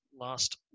Last